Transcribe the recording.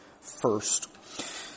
first